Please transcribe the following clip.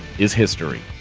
is history.